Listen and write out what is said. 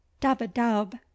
dub-a-dub